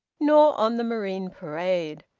nor on the marine parade,